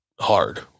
hard